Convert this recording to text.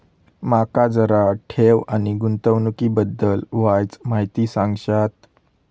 माका जरा ठेव आणि गुंतवणूकी बद्दल वायचं माहिती सांगशात?